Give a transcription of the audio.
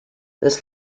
this